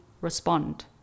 respond